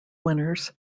winners